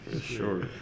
sure